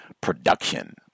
production